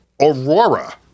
Aurora